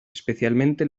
especialmente